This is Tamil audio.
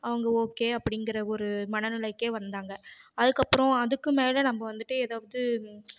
அவங்க ஓகே அப்படிங்குற ஒரு மனநிலைக்கே வந்தாங்க அதுக்கப்புறோம் அதுக்கு மேலே நம்ம வந்துட்டு ஏதாவுது